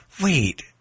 Wait